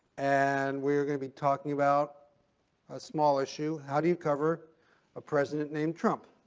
and we're going to be talking about a small issue. how do you cover a president named trump?